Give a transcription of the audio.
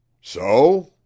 So